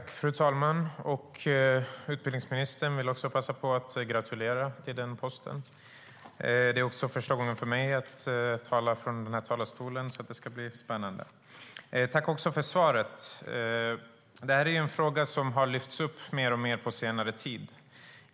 Fru talman! Tack, utbildningsministern! Jag vill också passa på att gratulera till posten. Det är också första gången för mig i denna talarstol, och det ska bli spännande. Tack för svaret! Frågan har lyfts upp mer och mer på senare tid.